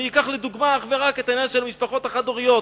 אקח לדוגמה אך ורק את העניין של המשפחות החד-הוריות,